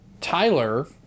Tyler